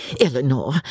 Eleanor